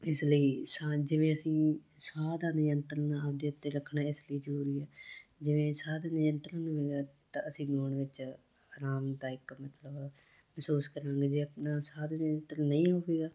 ਇਸ ਲਈ ਸਾਹ ਜਿਵੇਂ ਅਸੀਂ ਸਾਹ ਦਾ ਨਿਯੰਤਰਣ ਆਪਣੇ ਉੱਤੇ ਰੱਖਣਾ ਇਸ ਲਈ ਜ਼ਰੂਰੀ ਹੈ ਜਿਵੇਂ ਸਾਹ ਦੇ ਨਿਯੰਤਰਨ ਨੂੰ ਤਾਂ ਅਸੀਂ ਗਾਉਣ ਵਿੱਚ ਆਰਾਮਦਾਇਕ ਮਤਲਬ ਮਹਿਸੂਸ ਕਰਨਗੇ ਜੇ ਆਪਣਾ ਸਾਹ ਨਿਯੰਤਰਣ ਨਹੀਂ ਹੋਵੇਗਾ